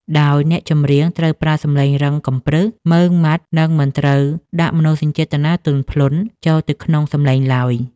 ដោយអ្នកចម្រៀងត្រូវប្រើសម្លេងរឹងកំព្រឹស ម៉ឺងម៉ាត់ និងមិនត្រូវដាក់មនោសញ្ចេតនាទន់ភ្លន់ចូលទៅក្នុងសម្លេងឡើយ។